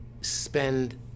spend